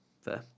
Fair